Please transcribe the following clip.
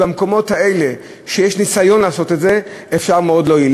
במקומות האלה שיש ניסיון לעשות את זה אפשר מאוד להועיל.